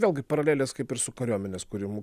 vėlgi paralelės kaip ir su kariuomenės kūrimu